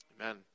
Amen